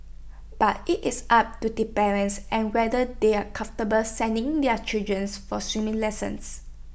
but IT is up to the parents and whether they are comfortable sending their children's for swimming lessons